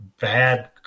bad